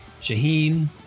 Shaheen